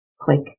Click